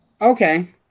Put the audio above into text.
okay